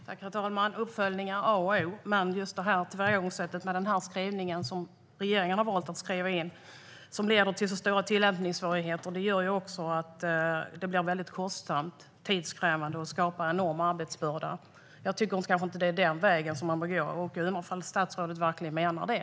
Herr talman! Uppföljning är A och O. Men just tillvägagångssättet med den skrivning som regeringen har valt - som leder till så stora tillämpningssvårigheter - innebär att det blir väldigt kostsamt och tidskrävande och skapar en enorm arbetsbörda. Jag tycker inte att det är den vägen som man bör gå, och jag undrar om statsrådet verkligen menar det.